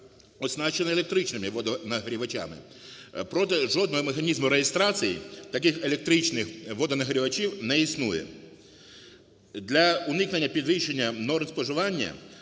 оснащена електричними водонагрівачами. Жодного механізму реєстрації таких електричних водонагрівачів не існує. Для уникнення підвищення норм споживання